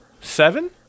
seven